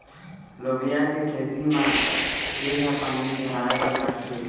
लोबिया के खेती म केघा पानी धराएबर लागथे?